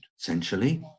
Essentially